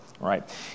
right